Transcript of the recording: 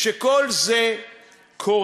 כשכל זה קורה,